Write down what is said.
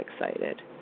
excited